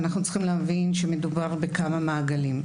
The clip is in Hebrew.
אנחנו צריכים להבין שמדובר בכמה מעגלים.